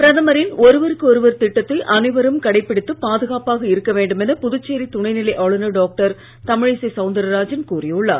பிரதமரின் ஒருவருக்கு ஒருவர் திட்டத்தை அனைவரும் கடைபிடித்து பாதுகாப்பாக இருக்க வேண்டுமென புதுச்சேரி துணை நிலை ஆளுநர் டாக்டர் தமிழிசை சவுந்தரராஜன் கூறி உள்ளார்